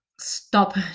stop